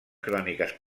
cròniques